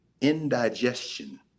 indigestion